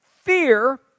fear